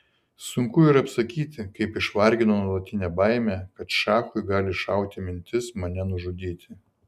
sunku ir apsakyti kaip išvargino nuolatinė baimė kad šachui gali šauti mintis mane nužudyti